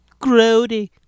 Grody